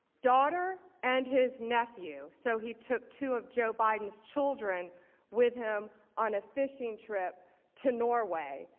daughter and his nephew, so he took two of joe biden's children with him on a fishing trip to norway,